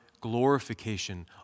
glorification